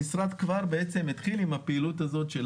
המשרד התחיל עם הפעילות הזאת של